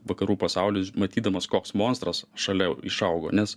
vakarų pasaulis matydamas koks monstras šalia išaugo nes